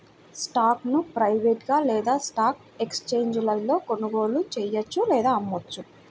స్టాక్ను ప్రైవేట్గా లేదా స్టాక్ ఎక్స్ఛేంజీలలో కొనుగోలు చెయ్యొచ్చు లేదా అమ్మొచ్చు